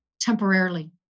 temporarily